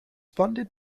funded